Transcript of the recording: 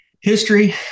History